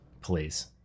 Please